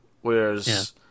Whereas